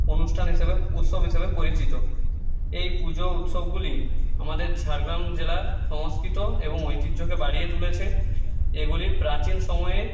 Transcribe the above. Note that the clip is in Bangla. অনুষ্ঠান হিসেবে উৎসব হিসেবে পরিচিত এই পুজো উৎসবগুলি আমাদের ঝাড়গ্রাম জেলার সংস্কৃত এবং ঐতিহ্যকে বাড়িয়ে তুলেছে এগুলি প্রাচীন সময়ের